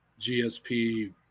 GSP